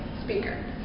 speaker